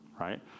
right